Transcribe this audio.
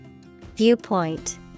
Viewpoint